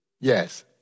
Yes